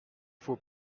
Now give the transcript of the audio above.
faut